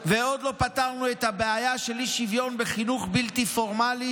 עוד לא פתרנו את הבעיה של האי-שוויון בחינוך בלתי פורמלי,